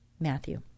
Matthew